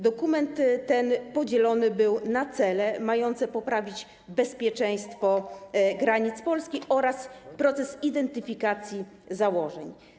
Dokument ten podzielony był na cele mające poprawić bezpieczeństwo granic Polski oraz proces identyfikacji założeń.